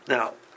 Now